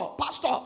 Pastor